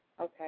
Okay